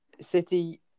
City